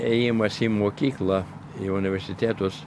ėjimas į mokyklą į universitetus